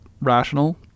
rational